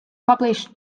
published